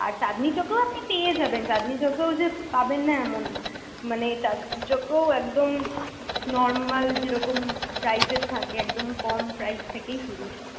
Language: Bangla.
আর চাঁদনি চকেও আপনি পেয়ে যাবেন চাঁদনি চকেও যে পাবেন না এমন না মানে চাঁদনি চকেও একদম নর্মাল যেরকম প্রাইসের থাকে একদম কম প্রাইস থেকেই শুরু সব